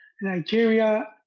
Nigeria